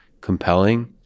compelling